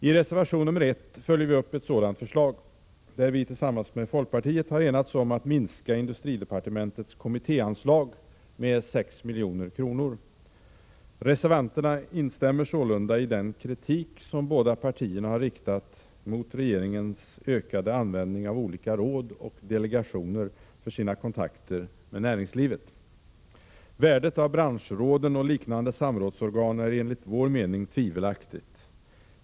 I reservation nr 1 följer vi upp ett sådant förslag, där vi tillsammans med folkpartiet har enats om att minska industridepartementets kommittéanslag med 6 milj.kr. Reservanterna instämmer sålunda i den kritik som de båda partierna har riktat mot regeringens ökade användning av olika råd och delegationer för sina kontakter med näringslivet. Värdet av branschråden och liknande samrådsorgan är enligt vår mening tvivelaktigt.